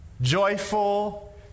joyful